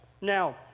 Now